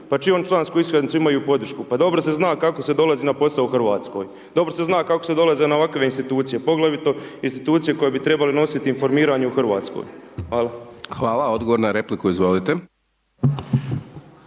Pa čijom članskom iskaznicu imaju podršku? Pa dobro se zna kako se dolazi na posao u Hrvatskoj. Dobro se zna kako se dolazi na ovakve institucije, poglavito institucije koje bi trebale nositi informiranje u Hrvatskoj. Hvala. **Hajdaš Dončić, Siniša